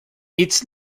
its